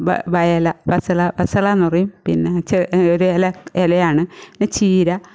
വാ വയലാ പച്ചല പചാലാന്ന് പറയും പിന്നെ ഒരു ഇല ഇലയാണ് പിന്നെ ചീര